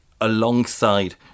alongside